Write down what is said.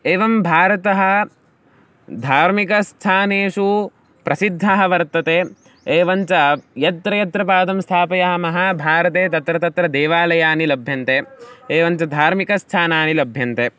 एवं भारतः धार्मिकस्थानेषु प्रसिद्धः वर्तते एवं च यत्र यत्र पादं स्थापयामः भारते तत्र तत्र देवालयाः लभ्यन्ते एवं च धार्मिकस्थानानि लभ्यन्ते